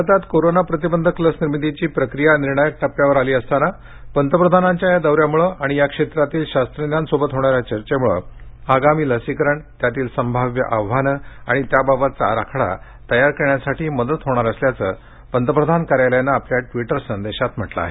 भारतात कोरोना प्रतिबंधक लस निर्मितीची प्रक्रिया निर्णायक टप्प्यावर आली असताना पंतप्रधानांच्या या दौऱ्यामुळे आणि या क्षेत्रातील शास्त्रज्ञांबरोबर होणाऱ्या चर्चेमुळे आगामी लसीकरण त्यातील संभाव्य आव्हानं आणि त्याबाबतचा आराखडा तयार करण्यासाठी मदत होणार असल्याचं पंतप्रधान कार्यालयानं आपल्या ट्वीटर संदेशात म्हंटल आहे